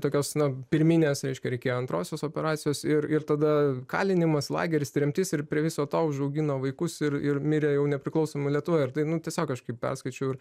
tokios na pirminės reiškia reikėjo antrosios operacijos ir ir tada kalinimas lageris tremtis ir prie viso to užaugino vaikus ir ir mirė jau nepriklausomoj lietuvoj ir tai nu tiesiog aš kai perskaičiau ir